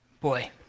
Boy